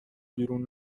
بیرون